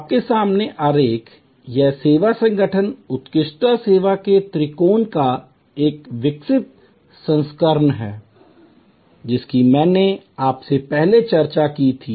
आपके सामने आरेख यह सेवा संगठन उत्कृष्टता सेवा के त्रिकोण का एक विकसित संस्करण है जिसकी मैंने आपसे पहले चर्चा की थी